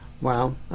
Wow